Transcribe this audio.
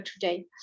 today